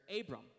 Abram